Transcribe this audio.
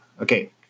Okay